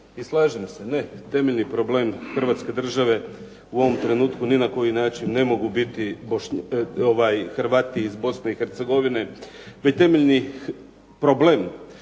slažem se ne temeljni problem hrvatske države u ovom trenutku ni na koji način ne mogu biti Hrvati iz Bosne i Hercegovine, već temeljni problem Hrvatske, a samim time